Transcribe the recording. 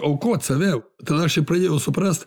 aukot save tada aš ir pradėjau suprast